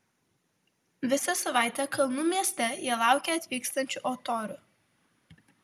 visą savaitę kalnų mieste jie laukė atvykstančių o torių